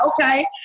okay